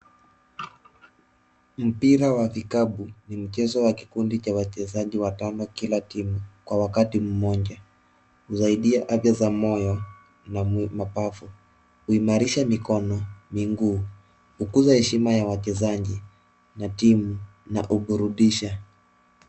Mpira wa vikapu ni mchezo wa kikundi cha wachezaji watano kila timu kwa wakati mmoja. Zaidi ya afya za moyo na mapafu. Huimarisha mikono, miguu, hukuza heshima ya wachezaji na timu na huburudisha.